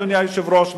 אדוני היושב-ראש,